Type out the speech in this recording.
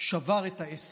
הוא שבר את העסק.